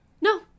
No